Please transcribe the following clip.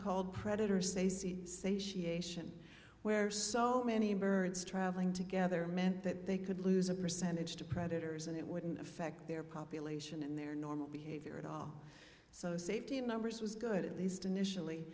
satiation where so many birds traveling together meant that they could lose a percentage to predators and it wouldn't affect their population in their normal behavior at all so safety in numbers was good at least initially